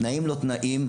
תנאים לא תנאים,